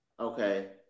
Okay